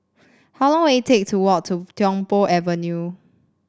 how long will it take to walk to Tiong Poh Avenue